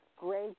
Great